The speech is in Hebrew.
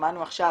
ושמענו עכשיו